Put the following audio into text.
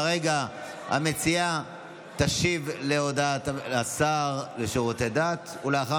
כרגע המציעה תשיב לשר לשירותי דת ולאחר